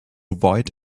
avoid